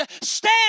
stand